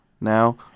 now